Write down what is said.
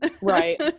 right